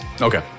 Okay